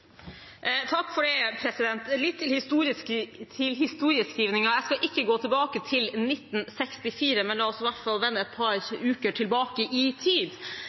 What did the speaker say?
Litt til historieskrivingen. Jeg skal ikke gå tilbake til 1964, men la oss i hvert fall vende et par uker tilbake i tid.